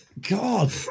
God